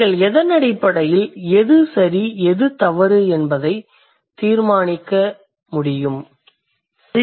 நீங்கள் எதன் அடிப்படையில் எது சரி எது தவறு என்பதை எவ்வாறு தீர்மானிக்க முடியும்